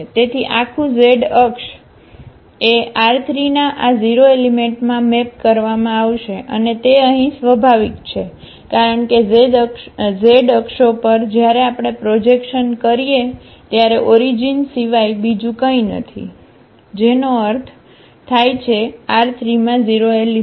તેથી આખું z અક્ષ એ R3 ના આ 0 એલિમેંટમાં મેપ કરવામાં આવશે અને તે અહીં સ્વાભાવિક છે કારણ કે z અક્ષો પર જ્યારે આપણે પ્રોજેક્શનકરીએ ત્યારે ઓરિજિન સિવાય બીજું કંઈ નથી જેનો અર્થ થાય છે R3 માં 0 એલિમેંટ